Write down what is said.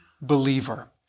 believer